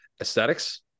aesthetics